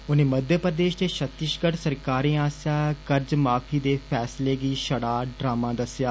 उनें मध्यप्रदेष ते छत्तीसगढ़ सरकारें आस्सेआ कर्जे माफी दे फैसले गी छड़ा ड्रामा दस्सेआ